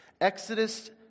Exodus